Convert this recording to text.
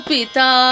Pita